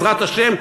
בעזרת השם,